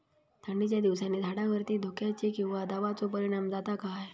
थंडीच्या दिवसानी झाडावरती धुक्याचे किंवा दवाचो परिणाम जाता काय?